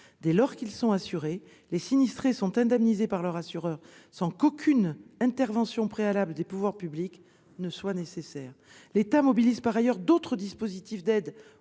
la garantie tempête permet aux sinistrés d'être indemnisés par leur assureur sans qu'aucune intervention préalable des pouvoirs publics soit nécessaire. L'État mobilise par ailleurs d'autres dispositifs d'aide